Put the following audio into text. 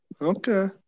Okay